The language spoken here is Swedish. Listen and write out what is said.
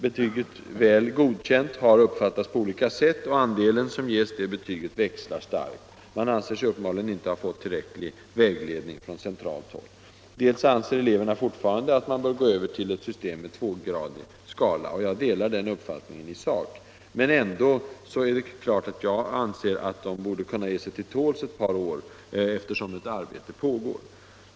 Betyget Väl godkänd har uppfattats på olika sätt, och andelen som ges detta betyg växlar starkt. Man anser sig uppenbarligen inte ha fått tillräcklig vägledning från centralt håll. För det andra anser eleverna fortfarande att man bör gå över till ett system med tvågradig skala. Jag delar denna uppfattning i sak. Jag anser självfallet att de borde kunna ge sig till tåls ett par år, eftersom ett arbete pågår på detta område.